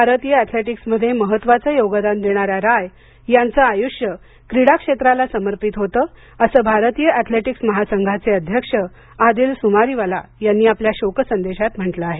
भारतीय ऍथलेटिक्स मध्ये महत्वाचं योगदान देणाऱ्या राय यांचं आय्ष्य क्रीडा क्षेत्राला समर्पित होतं असं भारतीय ऍथलेटिक्स महासंघाचे अध्यक्ष आदिल सुमरीवाला यांनी आपल्या शोक संदेशात म्हटलं आहे